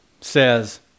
says